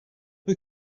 peu